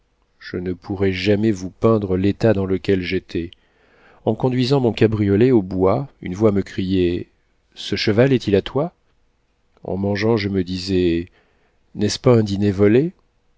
je ne pourrai jamais vous peindre l'état dans lequel j'étais en conduisant mon cabriolet au bois une voix me criait ce cheval est-il à toi en mangeant je me disais n'est-ce pas un dîner volé